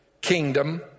kingdom